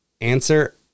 Answer